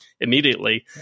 immediately